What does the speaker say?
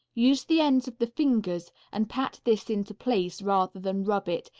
use the ends of the fingers and pat this into place rather than rub it,